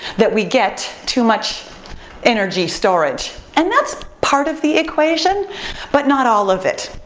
that we get too much energy storage. and that's part of the equation but not all of it.